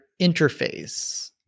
interface